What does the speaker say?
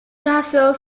tehsil